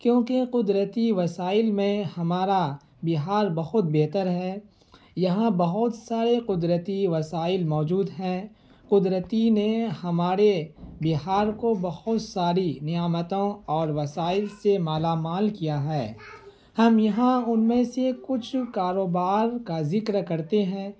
کیونکہ قدرتی وسائل میں ہمارا بہار بہت بہتر ہے یہاں بہت سارے قدرتی وسائل موجود ہیں قدرتی نے ہمارے بہار کو بہت ساری نعمتوں اور وسائل سے مالا مال کیا ہے ہم یہاں ان میں سے کچھ کاروبار کا ذکر کرتے ہیں